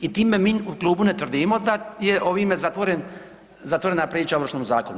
I time mi u klubu ne tvrdimo da je ovime zatvorena priča o Ovršnom zakonu.